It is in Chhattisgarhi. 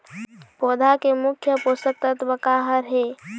पौधा के मुख्य पोषकतत्व का हर हे?